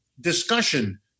discussion